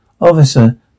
Officer